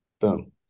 boom